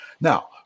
Now